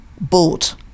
bought